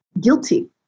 guilty